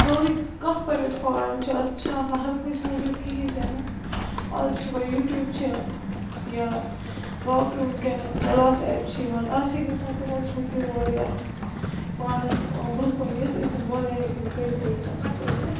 سورُے کانٛہہ پلیٹفارم چھُ چھُنہٕ آسان ہر کٲنٛسہِ موٗجوٗب کِہیٖنۍ تہِ نہٕ آز چھُ وۄنۍ یوٗٹیوب چھِ یا باقٕے وٕنکٮ۪ن کَلاس ایٚپ چھِ یِوان آز ہٮ۪کہِ اِنسا تِمو تھرٛوٗ تہِ وارِیاہ پانس برٚونٛہہ کُن نِتھ وارِیاہ ہٮ۪کہِ پٔرِتھ لیٚکِتھ اَصٕل پٲٹھۍ